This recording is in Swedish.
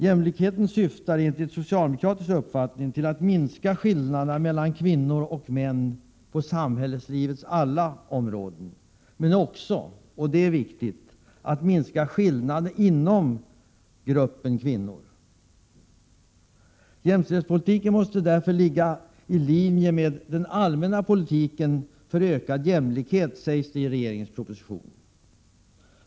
Jämställdhetspolitiken syftar — enligt socialdemokratisk uppfattning — till att minska skillnaderna mellan kvinnor och män på samhällslivets alla områden, men också — och det är viktigt — att minska skillnaderna inom gruppen kvinnor. Jämställdhetspolitiken måste därför ligga i linje med den allmänna politiken för ökad jämlikhet, sägs det i regeringens proposition.